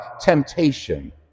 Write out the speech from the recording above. temptation